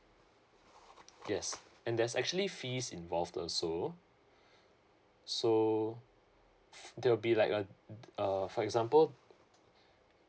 yes and there's actually fees involved also so there will be like a uh for example